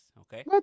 Okay